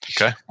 Okay